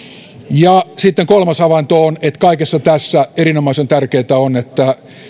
sitten kolmas havainto on että kaikessa tässä erinomaisen tärkeätä on että